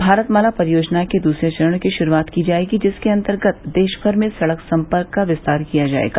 भारत माला परियोजना के दूसरे चरण की शुरूआत की जाएगी जिसके अंतर्गत देश भर में सड़क संपर्क का विस्तार किया जायेगा